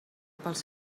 pels